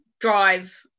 drive